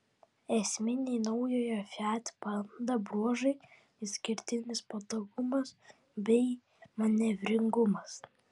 esminiai naujojo fiat panda bruožai išskirtinis patogumas bei manevringumas